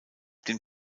den